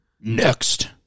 next